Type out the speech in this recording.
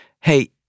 Hey